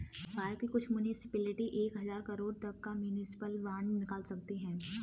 भारत के कुछ मुन्सिपलिटी एक हज़ार करोड़ तक का म्युनिसिपल बांड निकाल सकते हैं